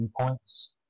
viewpoints